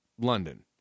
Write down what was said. London